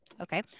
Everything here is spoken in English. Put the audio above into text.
okay